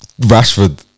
Rashford